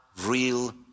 real